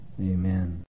Amen